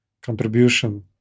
contribution